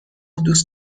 دوست